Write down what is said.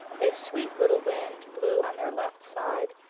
a sweet little wind blew on their left side,